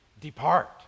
depart